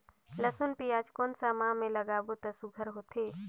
लसुन पियाज कोन सा माह म लागाबो त सुघ्घर होथे?